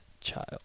child